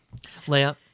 layup